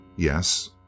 Yes